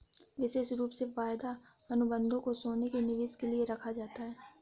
विशेष रूप से वायदा अनुबन्धों को सोने के निवेश के लिये रखा जाता है